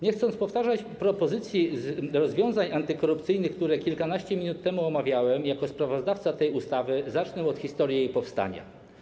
Nie chcąc powtarzać propozycji rozwiązań antykorupcyjnych, które kilkanaście minut temu omawiałem jako sprawozdawca tej ustawy, zacznę od historii jej powstania.